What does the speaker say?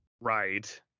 Right